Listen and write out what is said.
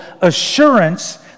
assurance